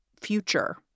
future